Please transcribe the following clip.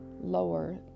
lower